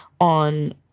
on